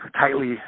tightly